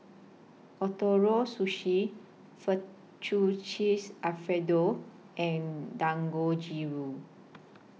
Ootoro Sushi Fettuccine Alfredo and Dangojiru